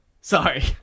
Sorry